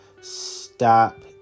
Stop